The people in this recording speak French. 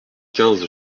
quinze